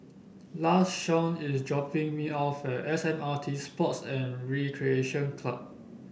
Lashawn is dropping me off at S M R T Sports and Recreation Club